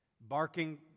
Barking